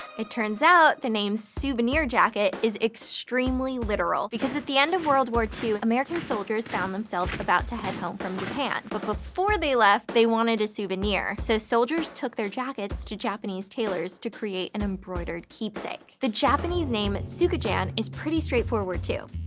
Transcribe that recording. it turns out the name souvenir jacket is extremely literal because at the end of world war ii american soldiers found themselves about to head home from japan. but before they left, they wanted a souvenir. so soldiers took their jackets to japanese tailors to create an embroidered keepsake. the japanese name sukajan is pretty straightforward too.